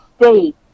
state